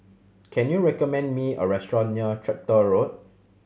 can you recommend me a restaurant near Tractor Road